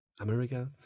America